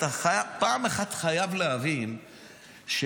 אתה חייב להבין פעם אחת,